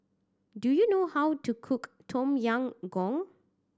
do you know how to cook Tom Yam Goong